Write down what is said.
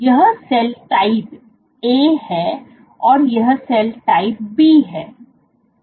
यह cell type A है और यह सेल टाइप B है